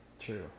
True